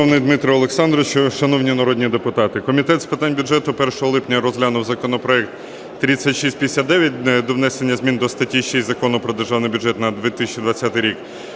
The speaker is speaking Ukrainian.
Дмитре Олександровичу, шановні народні депутати! Комітет з питань бюджету 1 липня розглянув законопроект 3659, про внесення змін до статті 6 Закону "Про Державний бюджет на 2020 рік".